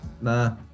Nah